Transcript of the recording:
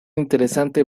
interesante